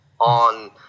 on